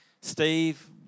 Steve